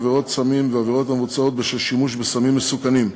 עבירות סמים ועבירות המבוצעות בשל שימוש בסמים מסוכנים,